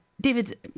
David